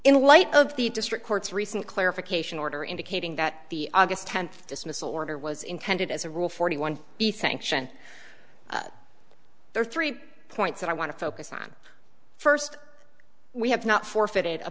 in light of the district court's recent clarification order indicating that the august tenth dismissal order was intended as a rule forty one the sanction there are three points that i want to focus on first we have not forfeited a